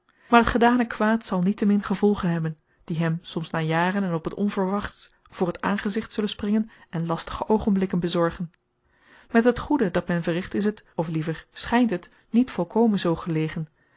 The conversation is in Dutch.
maar het gedane kwaad zal niet-te-min gevolgen hebben die hem soms na jaren en op t onverwachtst voor t aangezicht zullen springen en lastige oogenblikken bezorgen met het goede dat men verricht is het of liever schijnt het niet volkomen zoo gelegen